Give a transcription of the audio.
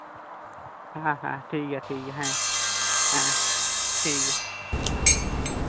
ᱦᱮᱸ ᱦᱮᱸ ᱴᱷᱤᱠ ᱜᱮᱭᱟ ᱴᱷᱤᱠ ᱜᱮᱭᱟ ᱦᱮᱸ ᱦᱮᱸ ᱴᱷᱤᱠ ᱜᱮᱭᱟ